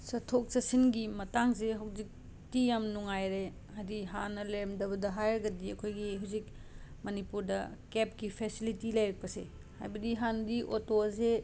ꯆꯠꯊꯣꯛ ꯆꯠꯁꯤꯟꯒꯤ ꯃꯇꯥꯡꯁꯦ ꯍꯧꯖꯤꯛꯇꯤ ꯌꯥꯝꯅ ꯅꯨꯡꯉꯥꯏꯔꯦ ꯍꯥꯏꯗꯤ ꯍꯥꯟꯅ ꯂꯩꯔꯝꯗꯕꯗ ꯍꯥꯏꯔꯒꯗꯤ ꯑꯩꯈꯣꯏꯒꯤ ꯍꯧꯖꯤꯛ ꯃꯅꯤꯄꯨꯔꯗ ꯀꯦꯞꯀꯤ ꯐꯦꯁꯤꯂꯤꯇꯤ ꯂꯩꯔꯛꯄꯁꯦ ꯍꯥꯏꯕꯗꯤ ꯍꯥꯟꯅꯗꯤ ꯑꯣꯇꯣꯁꯦ